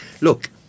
look